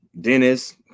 Dennis